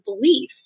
belief